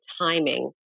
timing